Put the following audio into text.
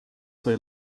sai